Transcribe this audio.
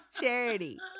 charity